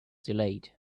delayed